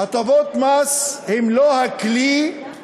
הטבות המס הן לא הכלי,